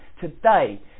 today